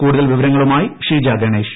കൂടുതൽ വിവരങ്ങളുമായി ഷീജ ഗണേശ്